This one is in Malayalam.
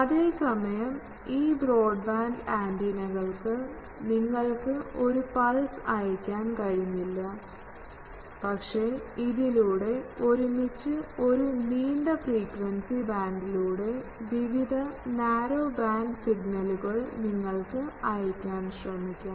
അതേസമയം ഈ ബ്രോഡ്ബാൻഡ് ആന്റിനകൾക്ക് നിങ്ങൾക്ക് ഒരു പൾസ് അയയ്ക്കാൻ കഴിഞ്ഞില്ല പക്ഷേ ഇതിലൂടെ ഒരുമിച്ച് ഒരു നീണ്ട ഫ്രീക്വൻസി ബാൻഡിലൂടെ വിവിധ നാരോ ബാൻഡ് സിഗ്നലുകൾ നിങ്ങൾക്ക് അയയ്ക്കാൻ ശ്രമിക്കാം